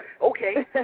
Okay